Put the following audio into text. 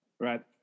Right